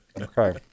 Okay